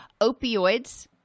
opioids